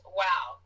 wow